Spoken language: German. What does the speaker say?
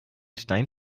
stein